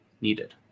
needed